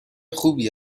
خوبی